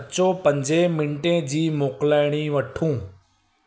अचो पंजे मिंटे जी मोकिलाइणी वठूं